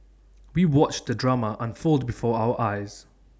we watched the drama unfold before our eyes